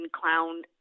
clown